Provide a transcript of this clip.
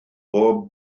bob